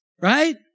right